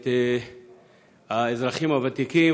ואת יום האזרחים הוותיקים.